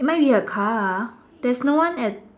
it might be a car there's no one at